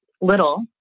little